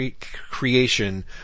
creation